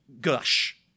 gush